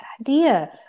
idea